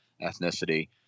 ethnicity